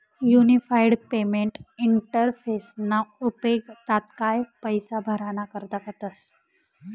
unified payment इंटरफेसना उपेग तात्काय पैसा भराणा करता करतस